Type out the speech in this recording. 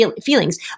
feelings